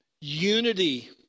Unity